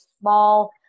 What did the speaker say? small